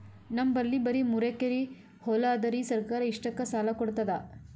ನಮ್ ಬಲ್ಲಿ ಬರಿ ಮೂರೆಕರಿ ಹೊಲಾ ಅದರಿ, ಸರ್ಕಾರ ಇಷ್ಟಕ್ಕ ಸಾಲಾ ಕೊಡತದಾ?